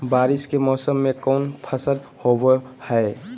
बारिस के मौसम में कौन फसल होबो हाय?